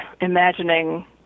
imagining